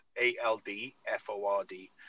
A-L-D-F-O-R-D